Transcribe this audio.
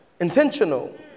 intentional